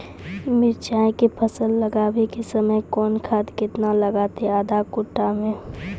मिरचाय के फसल लगाबै के समय कौन खाद केतना लागतै आधा कट्ठा मे?